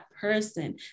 person